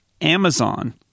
Amazon